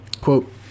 Quote